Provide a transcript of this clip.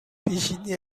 پیشین